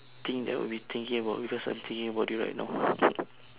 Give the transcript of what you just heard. thing that I would be thinking about because I'm thinking about it right now